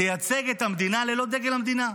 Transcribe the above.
תייצג את המדינה ללא דגל המדינה.